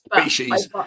species